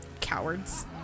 Cowards